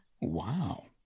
Wow